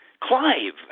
Clive